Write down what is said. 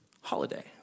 holiday